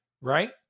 right